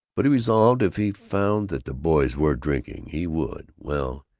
but, he resolved, if he found that the boys were drinking, he would well,